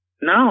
No